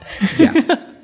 Yes